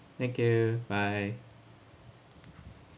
thank you bye